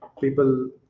people